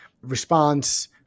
response